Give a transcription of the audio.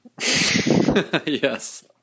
Yes